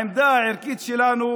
העמדה הערכית שלנו